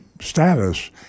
status